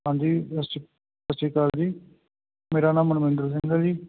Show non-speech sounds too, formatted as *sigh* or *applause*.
ਹਾਂਜੀ *unintelligible* ਸਤਿ ਸ਼੍ਰੀ ਅਕਾਲ ਜੀ ਮੇਰਾ ਨਾਮ ਮਨਵਿੰਦਰ ਸਿੰਘ ਹੈ ਜੀ